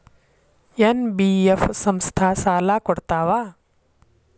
NBF ಸಂಸ್ಥಾ ಸಾಲಾ ಕೊಡ್ತಾವಾ?